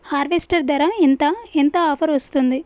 Harvester ధర ఎంత ఎంత ఆఫర్ వస్తుంది?